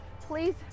please